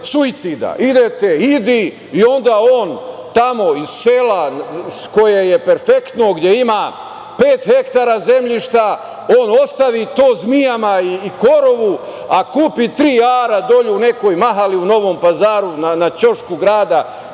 suicida. Idete - idi, i onda on tamo iz sela koje je perfektno gde ima pet hektara zemljišta, on ostavi to zmijama i korovu, a kupi tri ara dole u nekoj mahali u Novom Pazaru na ćošku grada,